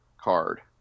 card